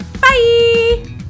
Bye